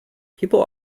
people